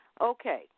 Okay